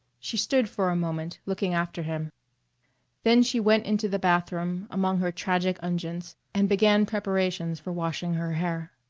she stood for a moment looking after him then she went into the bathroom among her tragic unguents and began preparations for washing her hair.